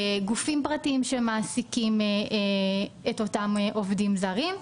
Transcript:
גופים פרטיים שמעסיקים את אותם עובדים זרים.